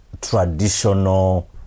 traditional